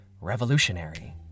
revolutionary